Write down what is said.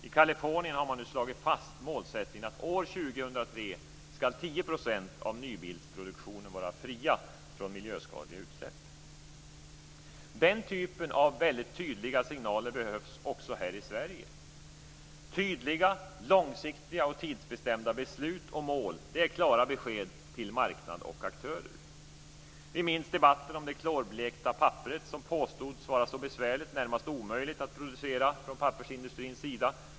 I Kalifornien har man nu slagit fast målsättningen att år 2003 ska 10 % av nybilsproduktionen vara fri från miljöfarliga utsläpp. Den typen av väldigt tydliga signaler behövs också här i Sverige. Tydliga, långsiktiga och tidsbestämda beslut och mål är klara besked till marknad och aktörer. Vi minns debatten om det icke klorblekta papperet som påstod vara så besvärligt, närmast omöjligt, att producera från pappersindustrins sida.